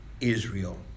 Israel